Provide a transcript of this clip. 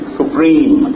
supreme